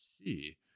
see